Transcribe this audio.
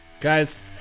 Guys